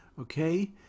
Okay